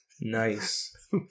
Nice